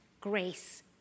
grace